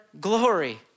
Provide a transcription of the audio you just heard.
glory